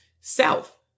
self